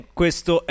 questo